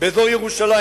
באזור ירושלים,